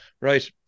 right